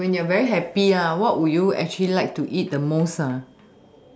when you're very happy lah what would you actually like to eat the most